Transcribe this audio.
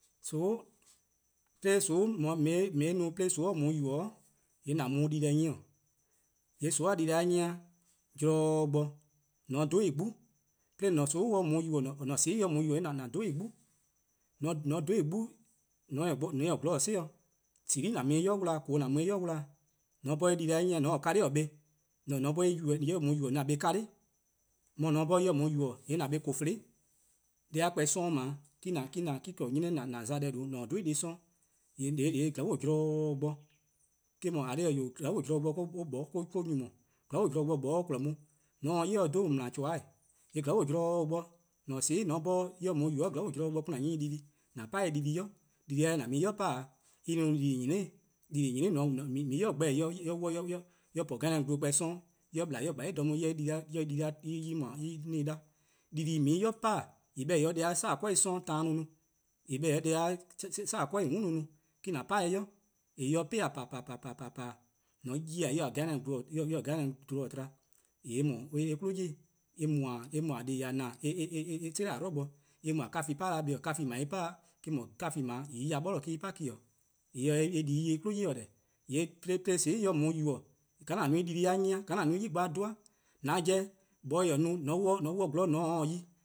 :Soon.', 'de :on 'ye-eh no 'de :soon' 'ye :on yubo: :yee' :an mu-uh dii-deh 'nyi-'. :yee' :soon'a dii-deh-a 'nyi-a zorn bor :mor :on 'dhu-dih 'gbu. :mor :an-a'a: :soon'+ 'ye :on yubo: :yee' :an 'dhu-dih 'gbu, :mor :on 'dhu-dih 'gbu, :mor :on taa-ih 'zorn si-dih, :kolo' :an mu-a 'o tbei'-dih wla, :koo: :an mu-a 'o en ybei'-dih 'wla-', :mor :an 'bhorn :on 'ye-ih dii-deh 'nyi :mor :on taa-a' kalih' bla, :mor :an 'bhorn en 'ye :on yubo :yee' :an bla kalih', :mor mor :an 'bhorn en 'ye :on yubo :yee' :an bla :korfih', deh+-a kpor+ 'sororn' :daa, me-: :korn 'nyne bo :an za deh :due', :an 'dhu-dih deh 'sororn', :glaa'e: zorn bor, eh-: 'dhu :eh :korn dhih-eh 'wee', :glaa'e: zorn bo 'moeh: eh-: :nyni 'yi-dih, :mor zorn bo :moeh' kpon on :mor se 'o 'yli-eh 'dhu :on 'mla :toehn'. :glaa'e: zorn bor, :mor :an 'bhorn :an-a'a: :soon'+ 'ye :on yubo :yee' :glaa'e: zorn bo 'de :an 'nyi-ih dii-deh+. :an pa-dih dii-deh 'i, dii-deh :an mu-a 'ih 'pa-dih, en no-' dii-deh: :nyene', dii-deh+ :nyene' :an mu-a ih gbeh-dih-' :mor en 'wluh 'o en po 'geh en no kpor+ 'sororn' en 'ye ple en 'ye :dha 'sluh mu eh :se en :mor 'on se 'da, dii-dih :on 'ye-ih-a 'pa-dih: :en 'beh-dih: :en 'ye-a dih-a 'korbuh+ 'sororn' taan no. :en 'beh-dih :en 'ye-a deh+-a 'sama:-'korbuh+ :mm' no me-: :an 'pa-dih 'i, :yee' :mor en 'pih :pa :paaa:, :mor :on 'ye-ih en :taa 'geh glu tba, :yee' en 'kwli yi-'. :yee' en mu-a en mu deh+ bo :na, en 'tela' 'dlu-dih en mu 'o kavan+ 'pa-dih kpa:, :yee' 'kaven+ en pa-a, eh :mor 'kanvan+ en 'ye-a ya 'borlor: me 'o en 'pa, eh :se en 'ye-ih 'di eh 'ye en 'kwli 'yi-dih :deh, :mor 'de :soon' 'ye :on yubo:, :ka :an no eh dii-dih-a 'nyi-a, :ka :an no eh dii-deh+-a 'nyi-a, deh :mor 'moeh' taa-ih no,